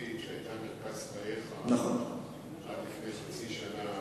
החברתית שהיתה מרכז חייך עד לפני חצי שנה במשך,